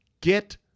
get